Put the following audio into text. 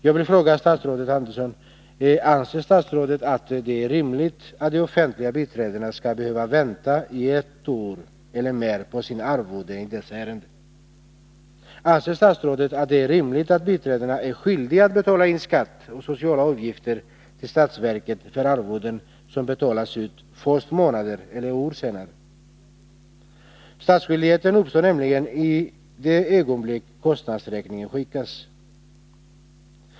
Jag vill fråga statsrådet Andersson: Anser statsrådet att det är rimligt att de offentliga biträdena skall behöva vänta i ett år eller mer på sina arvoden i dessa ärenden? Anser statsrådet att det är rimligt att biträdena är skyldiga att betala in skatt och sociala avgifter till statsverket för arvoden som betalas ut först månader eller år senare? Skattskyldigheten uppstår nämligen i det ögonblick kostnadsräkningen skickas.